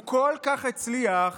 הוא כל כך הצליח